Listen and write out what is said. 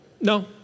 No